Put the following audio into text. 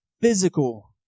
physical